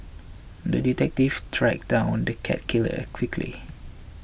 the detective tracked down the cat killer quickly